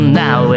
now